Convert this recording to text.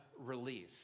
release